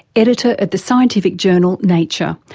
editor of the scientific journal nature,